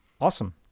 Awesome